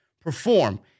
perform